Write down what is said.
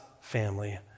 family